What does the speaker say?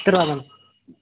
பத்து ருபா மேம்